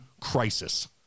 crisis